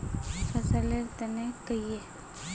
फसल लेर तने कहिए?